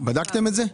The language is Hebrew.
בדקתם את זה?